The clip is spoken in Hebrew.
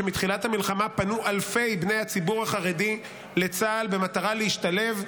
שמתחילת המלחמה פנו אלפי בני הציבור החרדי לצה"ל במטרה להשתלב,